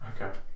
Okay